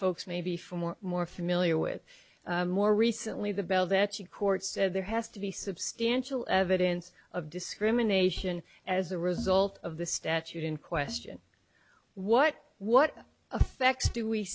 folks may be from or more familiar with more recently the bell that you court said there has to be substantial evidence of discrimination as a result of the statute in question what what effects do we